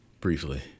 Briefly